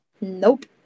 Nope